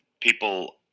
people